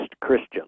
Christians